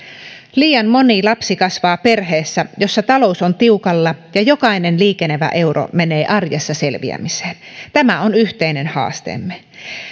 liian moni lapsi kasvaa perheessä jossa talous on tiukalla ja jokainen liikenevä euro menee arjessa selviämiseen tämä on yhteinen haasteemme